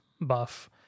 buff